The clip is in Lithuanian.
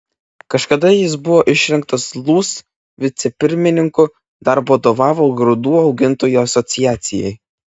kažkada jis buvo išrinktas lūs vicepirmininku dar vadovavo grūdų augintojų asociacijai